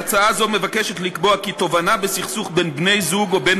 הצעה זו מבקשת לקבוע כי תובענה בסכסוך בין בני-זוג או בין